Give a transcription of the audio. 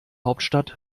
hauptstadt